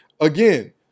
Again